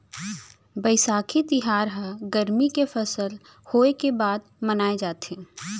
बयसाखी तिहार ह गरमी के फसल होय के बाद मनाए जाथे